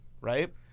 right